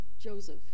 Joseph